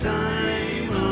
time